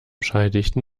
schalldichten